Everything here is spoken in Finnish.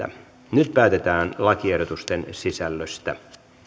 nyt päätetään lakiehdotusten sisällöstä